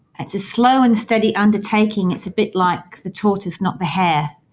that's a slow and steady undertaking it's a bit like the tortoise, not the hare.